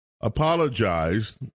apologized